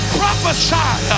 prophesy